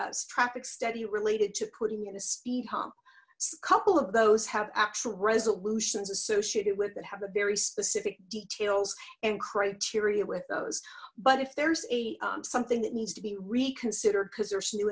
a traffic study related to putting in a speed hump a couple of those have actual resolutions associated with that have a very specific details and criteria with those but if there's a something that needs to be reconsidered because there's new